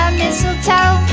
mistletoe